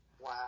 Wow